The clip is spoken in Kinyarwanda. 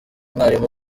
umwarimu